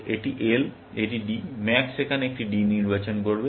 এটি L এটি D max এখানে একটি D নির্বাচন করবে